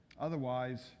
otherwise